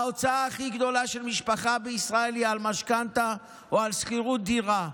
ההוצאה הכי גדולה של משפחה בישראל היא על משכנתה או על שכירות דירה.